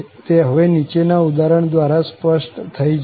તે હવે નીચેના ઉદાહરણ દ્રારા સ્પષ્ટ થઇ જશે